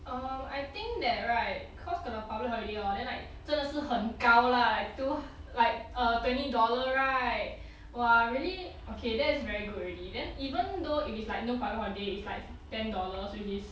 um I think that right cause to the public holiday hor then like 真的是很高 lah like two like err twenty dollar right !wah! really okay that's very good already then even though if it's like no public holiday it's like ten dollars which is